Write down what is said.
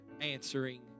answering